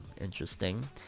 Interesting